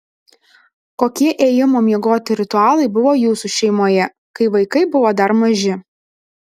kokie ėjimo miegoti ritualai buvo jūsų šeimoje kai vaikai buvo dar maži